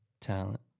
Talent